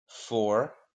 four